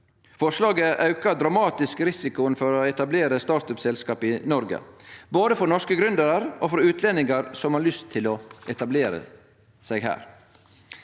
Forslaget aukar dramatisk risikoen for å etablere startup-selskap i Noreg, både for norske gründerar og for utlendingar som har lyst til å etablere seg her.